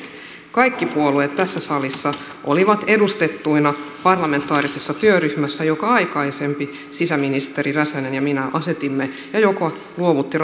kaikki puolueet tässä salissa olivat edustettuina parlamentaarisessa työryhmässä jonka aikaisempi sisäministeri räsänen ja minä asetimme ja joka luovutti